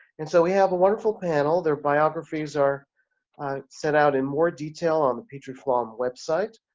and so we have a wonderful panel their biographies are set out in more detail on the petrie-flom website.